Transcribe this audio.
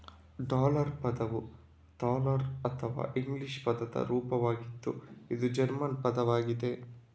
dollar ಪದವು thaler ಅನ್ನುವ English ಪದದ ರೂಪವಾಗಿದ್ದು ಇದು ಜರ್ಮನ್ ಪದವಾಗಿದೆ